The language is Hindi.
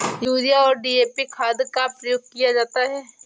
यूरिया और डी.ए.पी खाद का प्रयोग किया जाता है